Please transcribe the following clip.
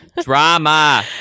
Drama